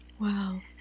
Wow